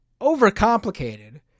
overcomplicated